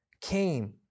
came